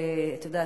את יודעת,